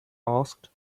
asked